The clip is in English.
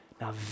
Now